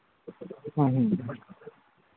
ꯎꯝꯍꯨꯝ